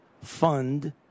fund